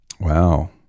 wow